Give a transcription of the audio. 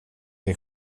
din